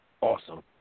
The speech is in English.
awesome